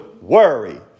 worry